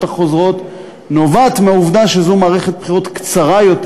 החוזרות נובעת מהעבודה שזו מערכת בחירות קצרה יותר.